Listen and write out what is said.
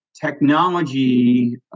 technology